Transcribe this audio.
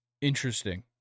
interesting